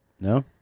No